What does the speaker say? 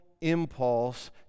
impulse